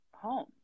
home